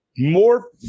More